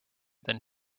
than